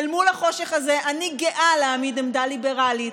אל מול החושך הזה אני גאה להעמיד עמדה ליברלית,